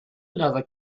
another